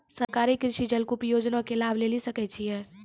सरकारी कृषि जलकूप योजना के लाभ लेली सकै छिए?